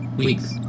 weeks